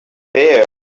there